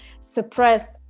suppressed